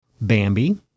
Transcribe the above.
Bambi